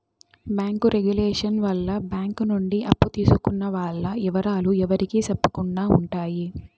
bank regulation వల్ల bank నుండి అప్పు తీసుకున్న వాల్ల ఇవరాలు ఎవరికి సెప్పకుండా ఉంటాయి